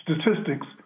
statistics